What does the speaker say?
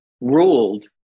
ruled